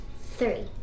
Three